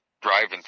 driving